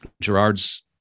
Gerard's